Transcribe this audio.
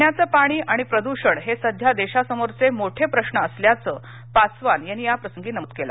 पिण्याचं पाणी आणि प्रदृषण हे सध्या देशासमोरचे मोठे प्रश्र असल्याचं पासवान यांनी याप्रसंगी नमूद केलं